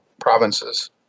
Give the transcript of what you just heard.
provinces